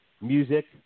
music